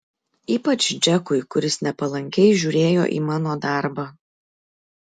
ypač džekui kuris nepalankiai žiūrėjo į mano darbą